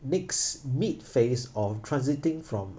mix mid phase of transiting from